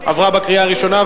עברה בקריאה ראשונה,